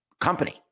company